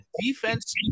defense